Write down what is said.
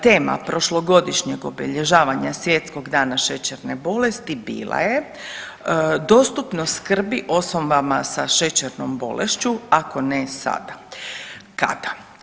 Tema prošlogodišnjeg obilježavanja Svjetskog dana šećerne bolesti bila je dostupnost skrbi osobama sa šećernom bolešću, ako ne sada, kada?